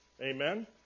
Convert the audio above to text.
amen